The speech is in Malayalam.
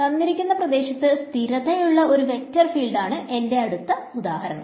തന്നിരിക്കുന്ന പ്രദേശത്തു സ്ഥിരതയുള്ള ഒരു വെക്റ്റർ ഫീൽഡാണ് എന്റെ അടുത്ത ഉദാഹരണം